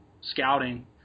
scouting